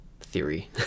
theory